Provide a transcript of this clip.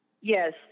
Yes